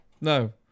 No